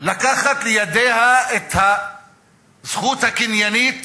לקחת לידיה את הזכות הקניינית